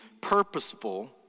purposeful